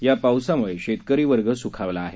या पावसामुळे शेतकरी वर्ग सुखावला आहे